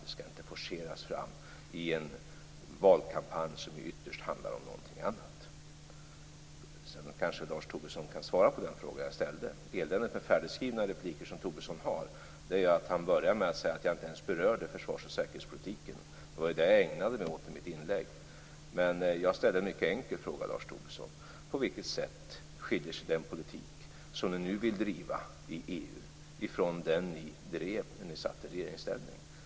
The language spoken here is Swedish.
Det skall inte forceras fram i en valkampanj som ju ytterst handlar om något annat. Sedan kanske Lars Tobisson kan svara på den fråga jag ställde. Det kan vara ett elände med färdigskrivna repliker, som Tobisson har. Han börjar ju med att säga att jag inte ens berörde försvars och säkerhetspolitiken. Men det var det jag ägnade mig åt i mitt inlägg. Jag ställde en mycket enkel fråga, Lars Tobisson. På vilket sätt skiljer sig den politik som ni nu vill driva i EU från den som ni drev när ni satt i regeringsställning?